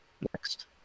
next